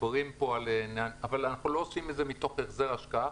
אבל אנחנו לא עושים את זה מתוך המחשבה על החזר השקעה,